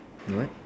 what